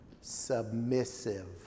submissive